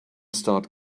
start